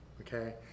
Okay